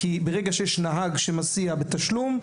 כי ברגע שיש נהג שמסיע בתשלום,